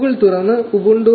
Google തുറന്ന് Ubuntu 14